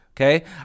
okay